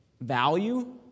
value